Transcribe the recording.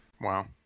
Wow